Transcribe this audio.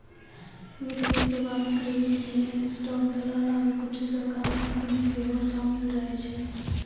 वित्तीय सेबा मे क्रेडिट यूनियन, स्टॉक दलाल आरु कुछु सरकारी कंपनी सेहो शामिल रहै छै